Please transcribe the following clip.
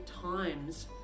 times